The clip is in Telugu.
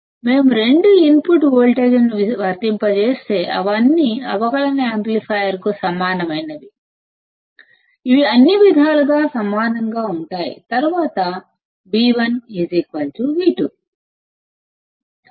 మనం రెండు ఇన్పుట్ వోల్టేజ్ లను వర్తింపజేస్తే అవన్నీ అవకలన యాంప్లిఫైయర్కు సమానమైనవి ఇవి అన్ని విధాలుగా సమానంగా ఉంటాయి తరువాత V1V2